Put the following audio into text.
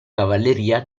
cavalleria